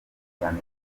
cyane